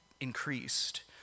increased